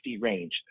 range